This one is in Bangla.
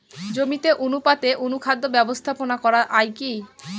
জমিতে অনুপাতে অনুখাদ্য ব্যবস্থাপনা করা য়ায় কি?